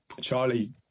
Charlie